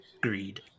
greed